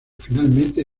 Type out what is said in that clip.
finalmente